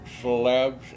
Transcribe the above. celebs